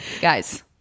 Guys